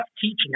teaching